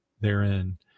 therein